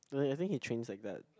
no leh I think he trains like that